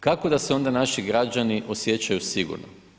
Kako da se onda naši građani osjećaju sigurno?